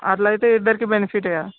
అట్లా అయితే ఇద్దరికీ బెన్ఫిటేగా